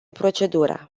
procedura